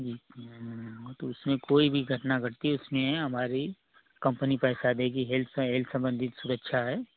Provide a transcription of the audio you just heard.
जी तो उसमें कोई भी घटना घटती है उसमें हमारी कम्पनी पैसा देगी हेल्थ का हेल्थ संबंधी सुरक्षा है